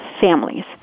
families